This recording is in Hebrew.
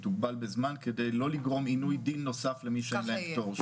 תוגבל בזמן כדי לא לגרום עינוי דין נוסף למי שאין להם פטור.